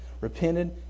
repented